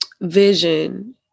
vision